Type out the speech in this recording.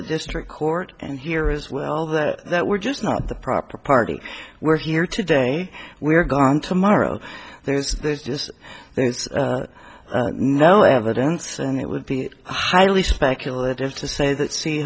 the district court and here as well that that we're just not the proper party were here today we're gone tomorrow there's there's just there's no evidence and it would be highly speculative to say that see